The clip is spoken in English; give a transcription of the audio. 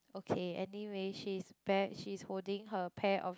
okay anyway she's back she is holding her pair of